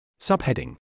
Subheading